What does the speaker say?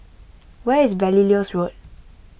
where is Belilios Road